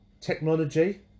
technology